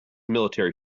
military